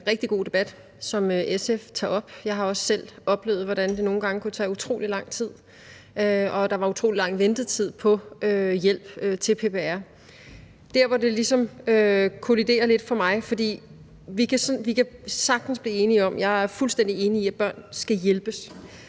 rigtig god debat, som SF tager op. Jeg har også selv oplevet, hvordan det nogle gange kan tage utrolig lang tid, og at der var utrolig lang ventetid på hjælp fra PPR. Det kolliderer dog lidt for mig. Jeg er fuldstændig enig i, at børn skal hjælpes,